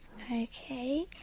Okay